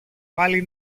πάλι